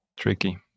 tricky